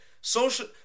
social